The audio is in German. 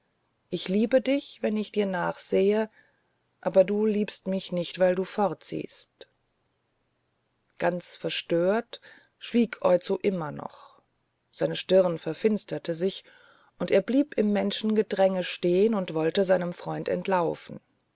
ich liebe dich wenn ich dir nachsehe aber du liebst mich nicht weil du fortsiehst ganz verstört schwieg oizo immer noch seine stirn verfinsterte sich und er blieb im menschengedränge stehen und wollte seinem freund entlaufen